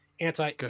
anti